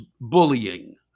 bullying